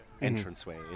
entranceway